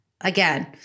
again